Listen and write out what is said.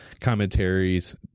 commentaries